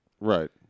Right